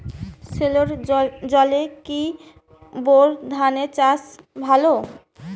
সেলোর জলে কি বোর ধানের চাষ ভালো?